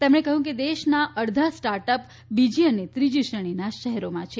તેમણે કહ્યું કે દેશના અડધા સ્ટાર્ટઅપ્સ બીજી અને ત્રીજી શ્રેણીના શહેરોમાં છે